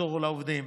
לעזור לעובדים,